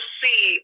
see